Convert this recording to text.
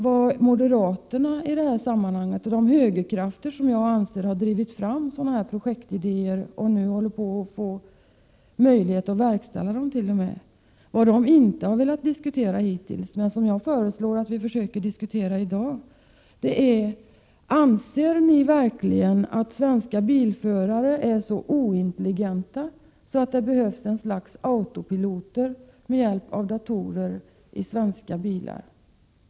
Vad moderaterna och de högerkrafter som enligt min uppfattning har drivit fram sådana här projektidéer, vilka de nu t.o.m. kan få möjlighet att verkställa, hittills inte har velat diskutera i detta sammanhang, men som jag föreslår att vi försöker diskutera i dag, är frågan: Är svenska bilförare verkligen så ointelligenta att det behövs ett slags datoriserade autopiloter i svenska bilar?